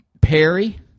Perry